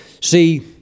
See